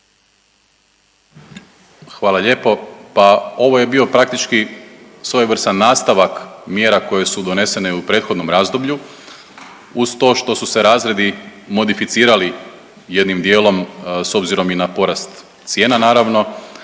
Hvala lijepo. Pa ovo je bio praktički svojevrstan nastavak mjera koje su donesene i u prethodnom razdoblju. Uz to što su se razredi modificirali jednim dijelom s obzirom i na porast cijena naravno